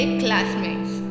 classmates